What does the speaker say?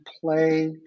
play